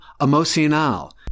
emocional